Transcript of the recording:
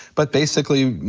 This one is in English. but basically, you